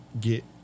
get